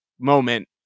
moment